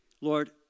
Lord